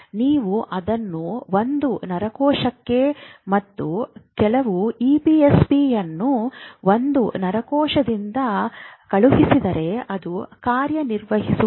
ನೀವು ಅದನ್ನು ಒಂದು ನರಕೋಶಕ್ಕೆ ಮತ್ತು ಕೆಲವು ಇಪಿಎಸ್ಪಿಯನ್ನು ಒಂದು ನರಕೋಶದಿಂದ ಕಳುಹಿಸಿದರೆ ಅದು ಕಾರ್ಯನಿರ್ವಹಿಸುವುದಿಲ್ಲ